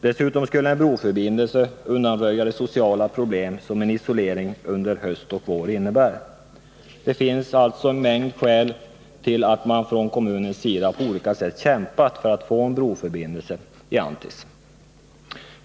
Dessutom skulle en broförbindelse undanröja de sociala problem som en isolering under höst och vår innebär. Det finns alltså en mängd skäl till att man från kommunens sida på olika sätt har kämpat för att få en broförbindelse i Anttis.